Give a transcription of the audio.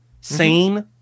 sane